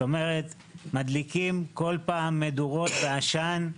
זאת אומרת, מדליקים כל פעם מדורות ועשן,